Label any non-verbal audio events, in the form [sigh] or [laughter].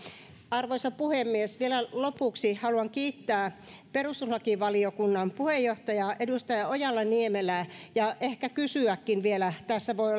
arvoisa puhemies vielä lopuksi haluan kiittää perustuslakivaliokunnan puheenjohtajaa edustaja ojala niemelää ja ehkä kysyäkin vielä voi [unintelligible]